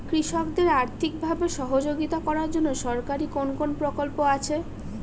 কৃষকদের আর্থিকভাবে সহযোগিতা করার জন্য সরকারি কোন কোন প্রকল্প আছে?